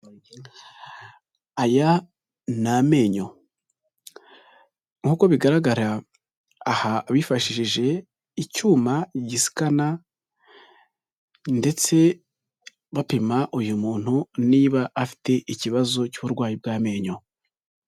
Aya ni amenyo nk'uko bigaragara aha bifashishije icyuma gisikana ndetse bapima uyu muntu niba afite ikibazo cy'uburwayi bw'amenyo.